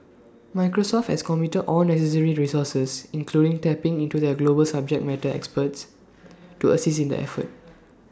Microsoft has committed all necessary resources including tapping into their global subject matter experts to assist in the effort